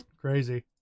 crazy